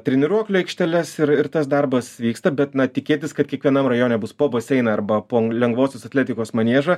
treniruoklių aikšteles ir ir tas darbas vyksta bet tikėtis kad kiekvienam rajone bus po baseiną arba lengvosios atletikos maniežą